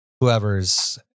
whoever's